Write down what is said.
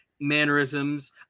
mannerisms